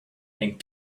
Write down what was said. and